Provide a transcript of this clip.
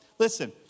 Listen